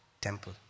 temple